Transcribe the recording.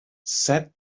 set